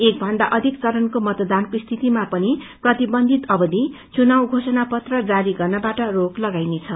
एकभन्दा अधिक चरणको मतदानको स्थितिमा पनि प्रतिबंधित अवधि चुनाउ घोषणा पत्र जारी गर्नबाट रोक लगाइनेछ